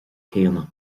céanna